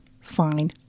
Fine